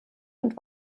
und